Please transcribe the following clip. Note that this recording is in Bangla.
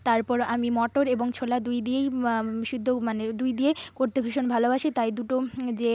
তারপর আমি মটর এবং ছোলা দুই দিয়েই সিদ্ধ মানে দুই দিয়েই করতে ভীষণ ভালোবাসি তাই দুটো যে